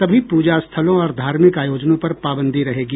सभी पूजा स्थलों और धार्मिक आयोजनों पर पाबंदी रहेंगी